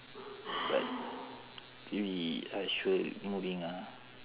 we are sure moving ah